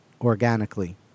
organically